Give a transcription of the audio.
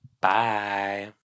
bye